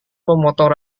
memotong